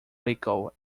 rico